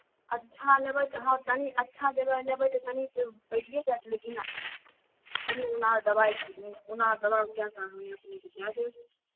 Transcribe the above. अच्छा लेबै तऽ हॅं तनी अच्छा जगह लेबै तऽ तनी तऽ पैरिये जायत लेकिन तनी उनार दबाई उनार दबाब कए कऽ हमे अपनेकेॅं दए देब